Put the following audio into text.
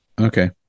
Okay